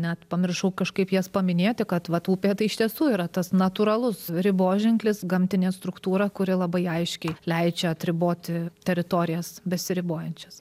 net pamiršau kažkaip jas paminėti kad vat upė tai iš tiesų yra tas natūralus riboženklis gamtinė struktūra kuri labai aiškiai leidžia atriboti teritorijas besiribojančias